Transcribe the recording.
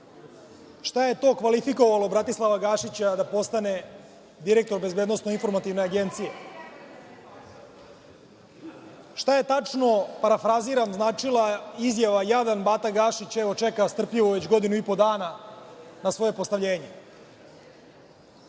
šta je to kvalifikovalo Bratislava Gašića da postane direktor Bezbednosno-informativne agencije? Šta je tačno parafrazirano značila izjava – jadan bata Gašić, evo čeka strpljivo već godinu i po dana na svoje postavljenje?